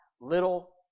Little